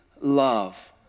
love